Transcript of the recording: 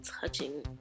touching